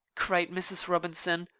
cried mrs. robinson.